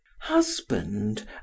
husband